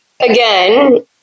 again